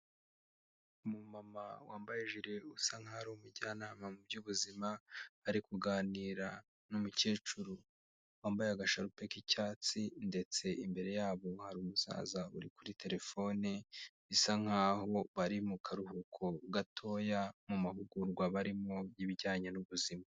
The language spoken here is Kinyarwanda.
Umumama wambaye ijire usa nk'aho ari umujyanama mu by'ubuzima ari kuganira n'umukecuru wambaye agasharupe k'icyatsi ndetse imbere yabo hari umusaza uri kuri telefone bisa nkaho bari mu karuhuko gatoya mu mahugurwa barimo y'ibijyanye n'ubuzima.